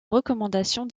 recommandation